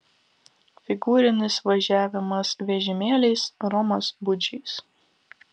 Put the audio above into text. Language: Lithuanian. figūrinis važiavimas vežimėliais romas budžys